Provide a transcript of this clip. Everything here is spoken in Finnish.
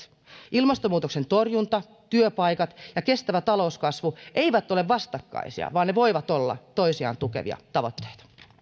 ilmastonmuutoksen torjunta työpaikat ja kestävä talouskasvu eivät ole vastakkaisia vaan ne voivat olla toisiaan tukevia tavoitteita